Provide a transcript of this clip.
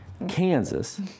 Kansas